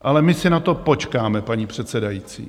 Ale my si na to počkáme, paní předsedající.